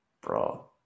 bro